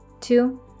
two